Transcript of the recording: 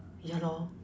ya lor